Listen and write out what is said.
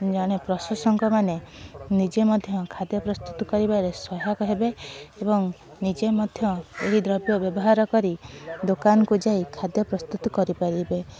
ଜଣେ ପ୍ରଶଂସକମାନେ ନିଜେ ମଧ୍ୟ ଖାଦ୍ୟ ପ୍ରସ୍ତୁତି କରିବାରେ ସହାୟକ ହେବେ ଏବଂ ନିଜେ ମଧ୍ୟ ଏହି ଦ୍ରବ୍ୟ ବ୍ୟବହାର କରି ଦୋକାନକୁ ଯାଇ ଖାଦ୍ୟ ପ୍ରସ୍ତୁତ କରି ପାରିବେ